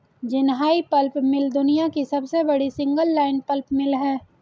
Jinhai pulp mill दुनिया की सबसे बड़ी सिंगल लाइन पल्प मिल है